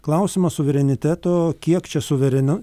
klausimas suvereniteto kiek čia suverenių